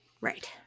Right